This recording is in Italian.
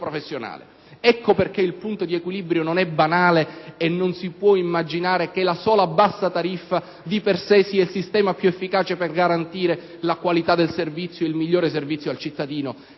Ecco perché il punto di equilibrio non è banale, e non si può immaginare che la sola bassa tariffa di per sé sia il sistema più efficace per garantire la qualità del servizio e il migliore servizio al cittadino,